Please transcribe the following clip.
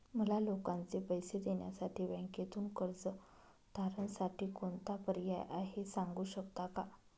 मला लोकांचे पैसे देण्यासाठी बँकेतून कर्ज तारणसाठी कोणता पर्याय आहे? सांगू शकता का?